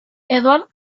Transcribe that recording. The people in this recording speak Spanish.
eduard